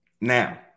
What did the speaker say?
Now